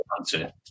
answer